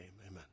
amen